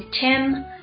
Tim